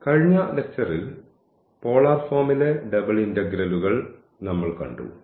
കഴിഞ്ഞ ലെക്ച്ചറിൽ പോളാർ ഫോമിലെ ഡബിൾ ഇന്റഗ്രലുകൾ നമ്മൾ കണ്ടു